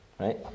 Right